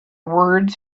words